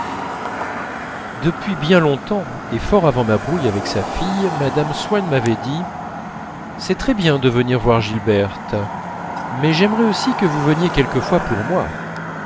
depuis bien longtemps et fort avant ma brouille avec sa fille mme swann m'avait dit c'est très bien de venir voir gilberte mais j'aimerais aussi que vous veniez quelquefois pour moi